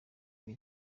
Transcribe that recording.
muri